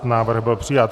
Návrh byl přijat.